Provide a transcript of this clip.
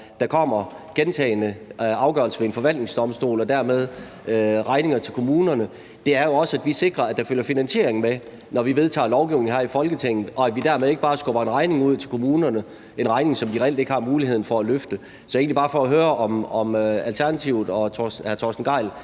der kommer gentagne afgørelser fra en forvaltningsdomstol og dermed regninger til kommunerne, er jo også, at vi sikrer, at der følger finansiering med, når vi vedtager lovgivning her i Folketinget, og at vi dermed ikke bare skubber en regning ud til kommunerne, en regning, som de reelt ikke har muligheden for at betale. Så det er egentlig bare for at høre, om Alternativet og hr. Torsten Gejl